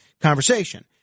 conversation